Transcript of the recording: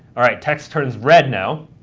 all right, text turns red now,